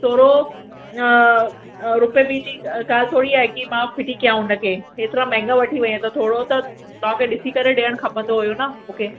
थोरो अ रुपिये ॿीं जी अ ॻाल्हि थोरी आहे कि मां फिटी कयां उनखे केतिरा महंगा वठी वई यां त थोरो त तांखे ॾिसी करे ॾियणु खपंदो हुयो न मुखे